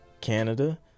canada